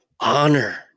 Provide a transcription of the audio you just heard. honor